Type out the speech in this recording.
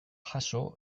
jaso